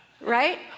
right